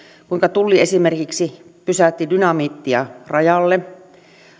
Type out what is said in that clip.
kuinka tulli esimerkiksi pysäytti dynamiittia rajalle